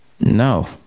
no